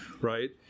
Right